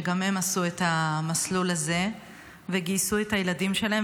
שגם הם עשו את המסלול הזה וגייסו את הילדים שלהם,